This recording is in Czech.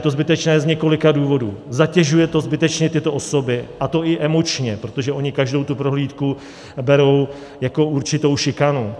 A je to zbytečné z několika důvodů: zatěžuje to zbytečně tyto osoby, a to i emočně, protože ony každou tu prohlídku berou jako určitou šikanu.